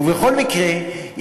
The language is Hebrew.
ובכל מקרה,